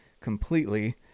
completely